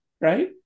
right